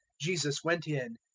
jesus went in,